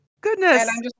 goodness